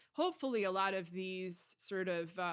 hopefully, a lot of these sort of